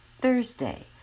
Thursday